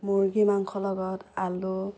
মুৰ্গী মাংসৰ লগত আলু